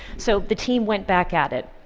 so the team went back at it.